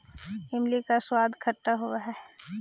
इमली का स्वाद खट्टा होवअ हई